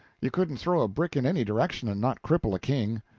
you couldn't throw a brick in any direction and not cripple a king.